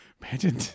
Imagine